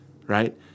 right